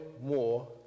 more